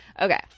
okay